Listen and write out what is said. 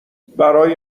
برای